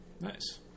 nice